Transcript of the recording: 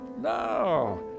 No